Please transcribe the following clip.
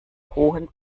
hohen